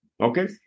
Okay